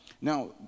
Now